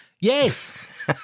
Yes